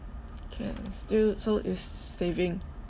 K I still so is saving